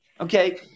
okay